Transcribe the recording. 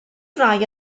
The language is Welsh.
rhai